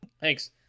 Thanks